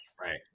right